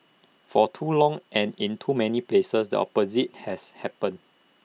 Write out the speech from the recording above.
for too long and in too many places the opposite has happened